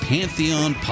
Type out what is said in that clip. Pantheon